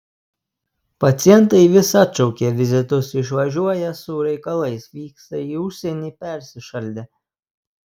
pacientai vis atšaukia vizitus išvažiuoją su reikalais vykstą į užsienį persišaldę